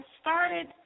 started –